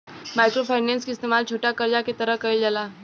micro finance के इस्तमाल छोटा करजा के तरह कईल जाला